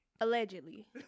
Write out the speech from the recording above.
Allegedly